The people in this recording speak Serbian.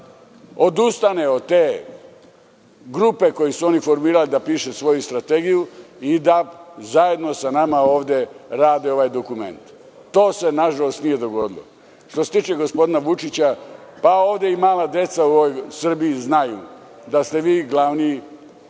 da odustane od te grupe koju su oni formirali da piše svoju strategiju i da zajedno sa nama ovde rade ovaj dokument. To se nažalost nije dogodilo. Što se tiče gospodine Vučića, ovde i mala zemlja u ovoj Srbiji znaju da ste vi glavni